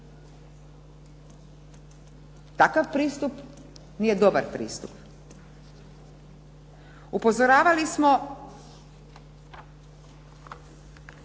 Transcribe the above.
Takav pristup nije dobar pristup. Upozoravali smo,